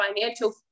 financial